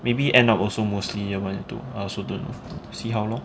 maybe end up also mostly year one year two I also don't know see how lor